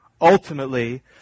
Ultimately